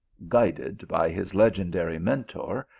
guided by his legendary mentor,